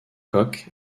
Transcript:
coq